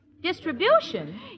Distribution